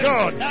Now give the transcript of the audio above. God